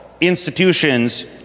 institutions